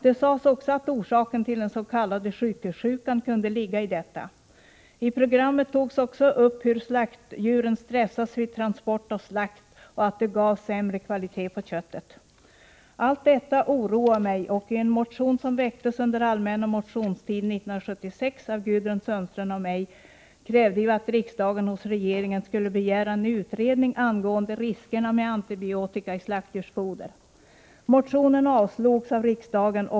Det sades också att orsaken till den s.k.sjukhussjukan kunde ligga i detta. I programmet togs också upp hur slaktdjuren stressas vid transport och slakt och att detta gav sämre kvalitet på köttet. Allt detta oroade mig, och i en motion som väcktes under den allmänna motionstiden 1976 av Gudrun Sundström och mig krävde vi att riksdagen hos regeringen skulle begära en utredning angående riskerna med antibiotika i slaktdjursfoder. Motionen avslogs av riksdagen.